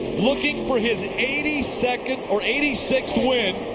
look being for his eighty second or eighty sixth win.